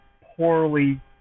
poorly